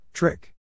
Trick